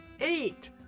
eight